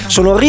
Sono